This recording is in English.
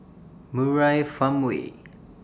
Murai Farmway